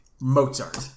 Mozart